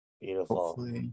Beautiful